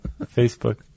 Facebook